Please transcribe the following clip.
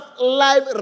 life